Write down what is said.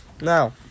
Now